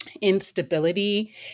instability